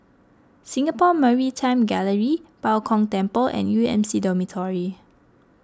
Singapore Maritime Gallery Bao Gong Temple and U M C Dormitory